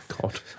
God